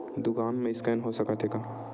दुकान मा स्कैन हो सकत हे का?